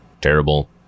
Terrible